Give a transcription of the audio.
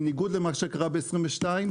בניגוד למה שקרה ב-2022,